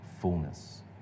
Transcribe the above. fullness